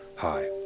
Hi